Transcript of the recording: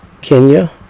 Kenya